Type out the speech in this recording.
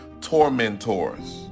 tormentors